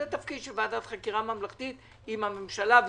זה תפקיד של ועדת חקירה ממלכתית אם הממשלה תחליט,